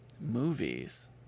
movies